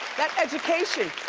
that education.